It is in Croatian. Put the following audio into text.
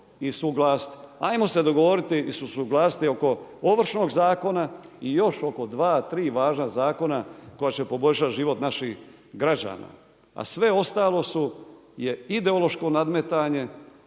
i usuglasiti, ajmo se dogovoriti i usuglasiti oko Ovršnog zakona i još oko 2, 3 važna zakona koja će poboljšati život naših građana. A sve ostalo je ideološko nadmetanje